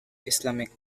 islamic